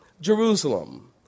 Jerusalem